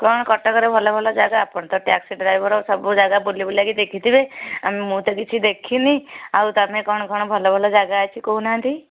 କ'ଣ କଟକରେ ଭଲ ଭଲ ଜାଗା ଆପଣ ତ ଟ୍ୟାକ୍ସି ଡ୍ରାଇଭର୍ ସବୁ ଜାଗା ବୁଲି ବୁଲାକି ଦେଖିଥିବେ ଆଉ ମୁଁ ତ କିଛି ଦେଖିନି ଆଉ ତମେ କ'ଣ କ'ଣ ଭଲ ଭଲ ଜାଗା ଅଛି କହୁନାହାନ୍ତି